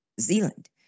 Zealand